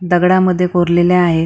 दगडामध्ये कोरलेल्या आहे